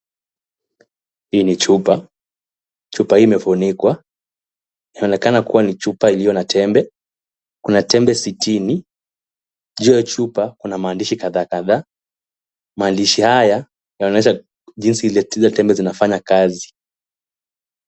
Hii ni chupa, chupa hii imefunikwa inaonekana kuwa ni chupa ilio na tembe ,Kuna tembe sitini juu ya chupa Kuna maandishi kadhaa kadhaa, maandishi haya yanaonesha jinsi zile tembe zinafanya kazi.